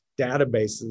databases